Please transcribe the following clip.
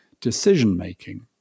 decision-making